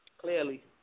Clearly